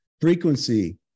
Frequency